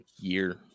year